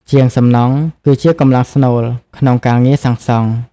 ជាងសំណង់គឺជាកម្លាំងស្នូលក្នុងការងារសាងសង់។